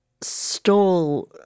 stole